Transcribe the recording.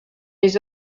les